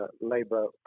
Labour